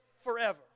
forever